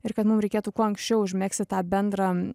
ir kad mum reikėtų kuo anksčiau užmegzti tą bendrą